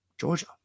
Georgia